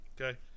Okay